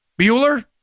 Bueller